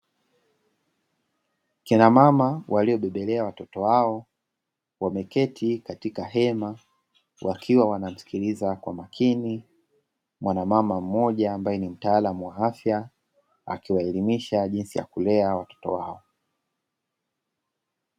Kina mama walio bebelea watoto wao wameketi katika hema wakiwa wanasikiliza kwa makini mwanamama mmoja ambae ni mtaalam wa afya, akiwaelimisha jinsi ya kulea watoto wao